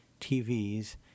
TVs